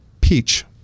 Peach